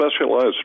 specialized